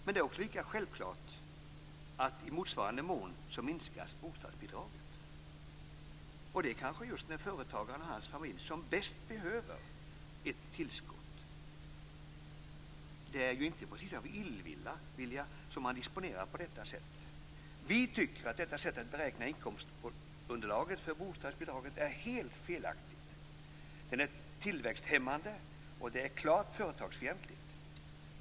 Men det är också lika självklart att bostadsbidraget i motsvarande mån minskas, och det kanske just när företagaren och hans familj som bäst behöver ett tillskott. Det är ju inte precis av illvilja som han gör en disposition på detta sätt. Vi tycker att detta sätt att beräkna inkomstunderlaget för bostadsbidraget är helt felaktigt. Det är tillväxthämmande och klart företagsfientligt.